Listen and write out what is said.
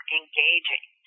engaging